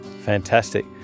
Fantastic